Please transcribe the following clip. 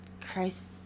christ